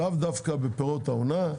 לאו דווקא בפירות העונה,